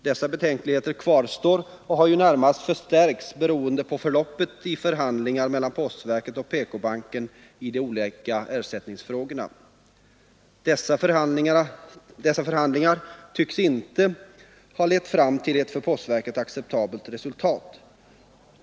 Dessa betänkligheter kvarstår och har närmast förstärkts beroende på förloppet av förhandlingarna mellan postverket och PK-banken i de olika ersättningsfrågorna. Dessa förhandlingar tycks inte ha lett till ett för postverket acceptabelt resultat.